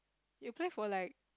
you play for like